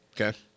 Okay